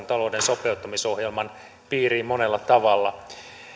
talouden sopeuttamisohjelman piiriin monella tavalla